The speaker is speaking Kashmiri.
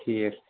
ٹھیٖک